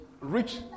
rich